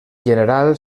general